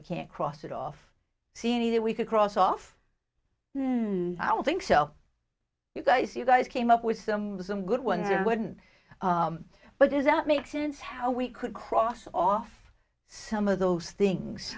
we can't cross it off see any that we could cross off i would think so you guys you guys came up with some good ones it wouldn't but does that make sense how we could cross off some of those things